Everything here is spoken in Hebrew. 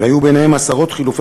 שהשיב הבוקר את נשמתו הטהורה